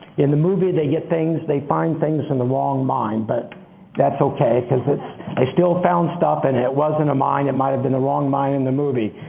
in the movie they get things they find things in the wrong mine, but that's okay, because they still found stuff and it was in a mine. it might have been the wrong mine in the movie.